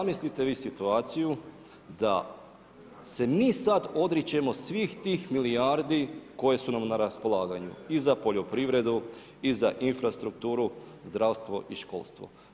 Zamislite vi situaciju da se mi samo odričemo svih tih milijardi koje su nam na raspolaganju, i za poljoprivredu, i za infrastrukturu, zdravstvo i školstvo.